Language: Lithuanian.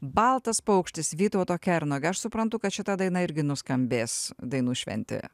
baltas paukštis vytauto kernagio aš suprantu kad šita daina irgi nuskambės dainų šventėje